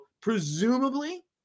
presumably